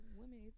women